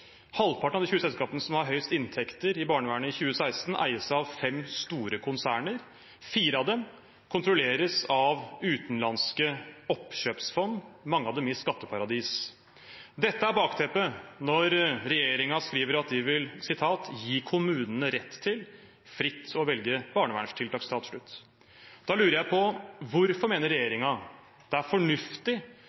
Halvparten av de 20 selskapene som har høyest inntekter i barnevernet i 2016, eies av fem store konserner. Fire av dem kontrolleres av utenlandske oppkjøpsfond, mange av dem i skatteparadis. Dette er bakteppet når regjeringen skriver at de vil gi «kommunene rett til fritt å velge barnevernstilbud». Da lurer jeg på: Hvorfor mener regjeringen det er fornuftig